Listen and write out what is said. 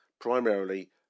primarily